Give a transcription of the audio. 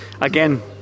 again